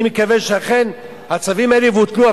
אני מקווה שאכן הצווים האלה יבוטלו.